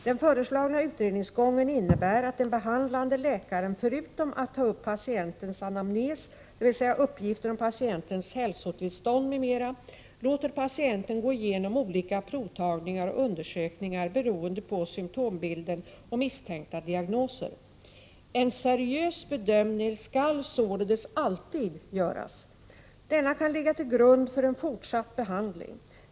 Den föreslagna utredningsgången innebär att den behandlande läkaren förutom att ta upp patientens anamnes, dvs. uppgifter om patientens hälsotillstånd m.m., låter patienten gå igenom olika provtagningar och undersökningar beroende på symptombilden och misstänkta diagnoser. En seriös bedömning skall således alltid göras. Denna kan ligga till grund för en fortsatt behandling.